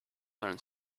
learn